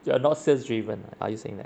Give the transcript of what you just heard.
you are not sales driven are you saying that